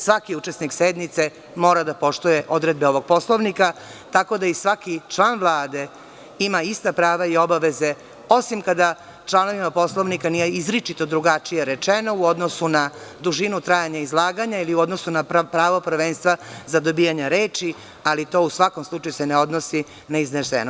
Svaki učesnik sednice mora da poštuje odredbe ovog Poslovnika, tako da i svaki član Vlade ima ista prava i obaveze, osim kada članovima Poslovnika nije izričito drugačije rečeno u odnosu na dužinu trajanja izlaganja ili u odnosu na pravo prvenstva za dobijanje reči, ali to se u svakom slučaju ne odnosi ne izneseno.